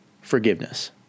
forgiveness